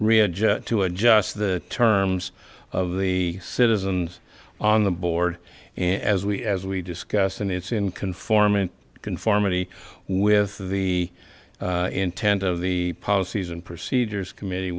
readjust to adjust the terms of the citizens on the board as we as we discussed and it's in conformant conformity with the intent of the policies and procedures committee